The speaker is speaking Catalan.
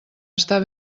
estar